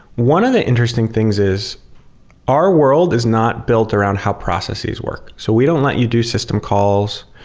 one of the interesting things is our world is not built around how processes work. so we don't let you do system calls.